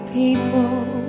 people